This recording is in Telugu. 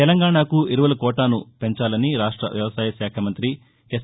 తెలంగాణకు ఎరువుల కోటాను పెంచాలని రాష్ట వ్యవసాయ శాఖ మంత్రి ఎస్